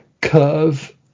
curve